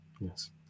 Yes